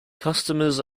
customers